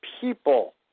people